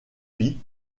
vie